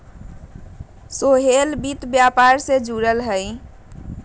सोहेल वित्त व्यापार से जुरल हए